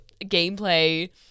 gameplay